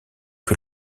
que